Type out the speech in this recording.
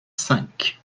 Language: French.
cinq